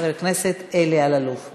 חבר הכנסת אלי אלאלוף.